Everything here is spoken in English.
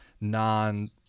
non